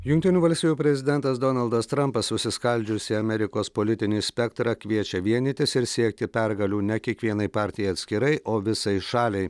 jungtinių valstijų prezidentas donaldas trampas susiskaldžiusį amerikos politinį spektrą kviečia vienytis ir siekti pergalių ne kiekvienai partijai atskirai o visai šaliai